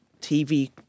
TV